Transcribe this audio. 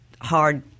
hard